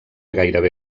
gairebé